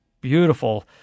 beautiful